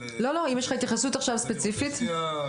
לא, אם יש לך התייחסות ספציפית עכשיו.